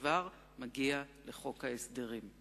כשהדבר מגיע לחוק ההסדרים.